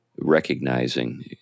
recognizing